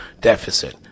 deficit